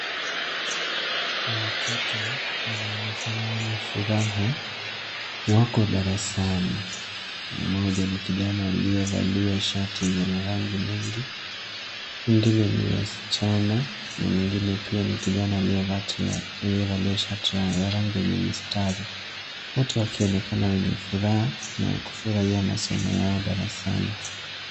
Watoto, wanaonekana wenye furaha. Wako darasani. Mmoja ni kijana aliyevalia shati yenye marangi mengi. Wengine ni wasichana, na mwingine pia ni kijana aliyevalia shati ya rangi yenye mistari. Wote wakionekana wenye furaha, na kufurahia masomo yao darasani.